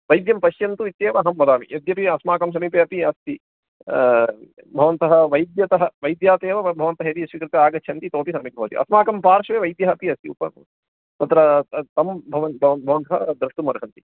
वैद्यं पश्यन्तु इत्येव अहं वदामि यद्यपि अस्माकं समीपे अपि अस्ति भवन्तः वैद्यतः वैद्यादेव भवन्तः यदि स्वीकृत्य आगच्छन्ति इतोऽपि सम्यक् भवति अस्माकं पार्श्वे वैद्यः अपि अस्ति उप तत्र तं भव भवन्तः द्रष्टुम् अर्हन्ति